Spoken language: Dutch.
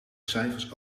cijfers